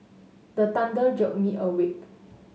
the thunder jolt me awake